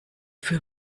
für